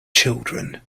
children